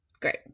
great